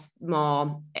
more